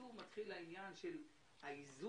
שוב יתחיל העניין של האיזון,